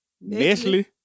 Nestle